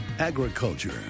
agriculture